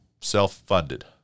self-funded